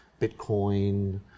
Bitcoin